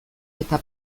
eta